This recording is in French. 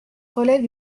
relève